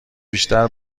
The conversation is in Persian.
بیشتر